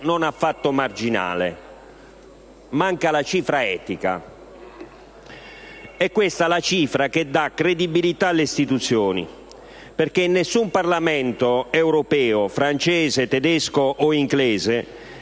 non affatto marginale: manca la cifra etica. È questa la cifra che dà credibilità alle istituzioni, perché in nessun Parlamento europeo (francese, tedesco o inglese)